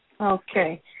Okay